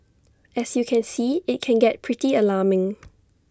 as you can see IT can get pretty alarming